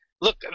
Look